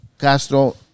Castro